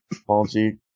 apology